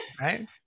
right